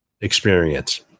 experience